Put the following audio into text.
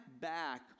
back